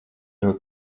nav